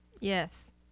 Yes